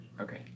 Okay